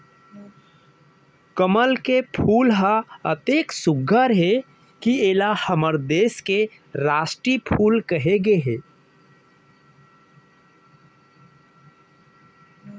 कमल के फूल ह अतेक सुग्घर हे कि एला हमर देस के रास्टीय फूल कहे गए हे